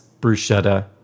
bruschetta